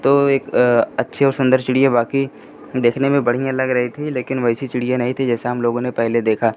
तो एक अच्छी और सुन्दर चिड़िया बाकी दिखने में बढ़ियाँ लग रही थी लेकिन वैसी चिड़िया नहीं थी जैसी हमलोगों ने पहले देखा